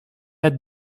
het